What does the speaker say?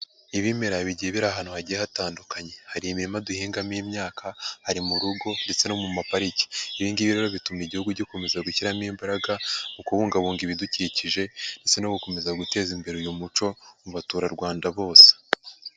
Ibimera bigiye biri ahantu hagiye hatandukanye, hari imirima duhingamo imyaka, hari mu rugo, ndetse no mu mapariki, ibi ngibi rero bituma igihugu gikomeza gushyiramo imbaraga, mu kubungabunga ibidukikije, ndetse no gukomeza guteza imbere uyu muco mu baturarwanda bose.